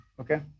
Okay